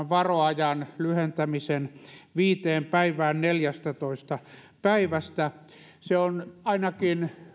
varoajan lyhentämisen viiteen päivään neljästätoista päivästä se on ainakin